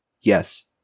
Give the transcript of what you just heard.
Yes